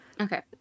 Okay